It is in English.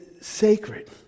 sacred